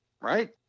right